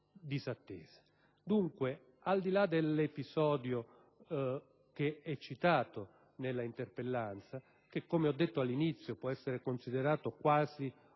disattese. Dunque, al di là dell'episodio che è citato nella interpellanza, che - come ho detto all'inizio - può essere considerato quasi un idealtipo